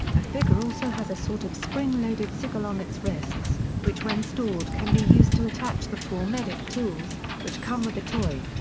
ah figure also has a sort of spring-loaded sickle on its wrists, which when stored can be used to attach the four medic tools which come with the toy.